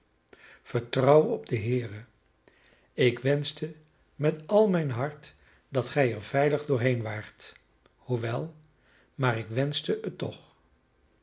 vertrouw op den heere ik wenschte met al mijn hart dat gij er veilig doorheen waart hoewel maar ik wenschte het toch